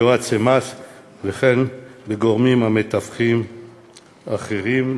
יועצי מס וגורמים מתווכים אחרים,